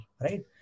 right